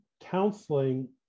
counseling